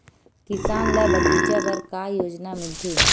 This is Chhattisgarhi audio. किसान ल बगीचा बर का योजना मिलथे?